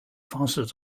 方式